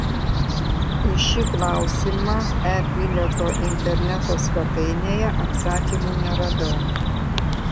į šį klausimą e bilieto interneto svetainėje atsakymų neradau